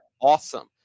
awesome